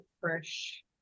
fresh